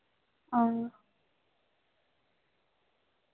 हां